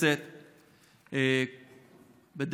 אדוני היושב-ראש,